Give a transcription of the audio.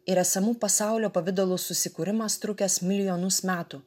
ir esamų pasaulio pavidalų susikūrimas trukęs milijonus metų